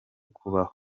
kubaho